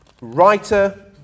writer